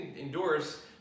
endorse